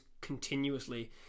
continuously